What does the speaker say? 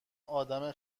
آدم